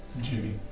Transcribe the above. Jimmy